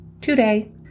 today